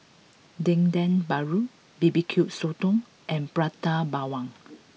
Dendeng Paru bbq Sotong and Prata Bawang